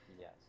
yes